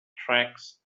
tracts